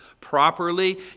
properly